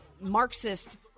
Marxist